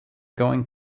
going